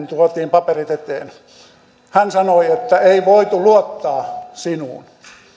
tuotiin paperit eteen hän sanoi että ei voitu luottaa sinuun